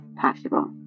possible